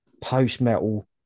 post-metal